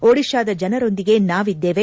ಒಡಿಶಾದ ಜನರೊಂದಿಗೆ ನಾವಿದ್ದೇವೆ